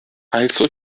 eiffel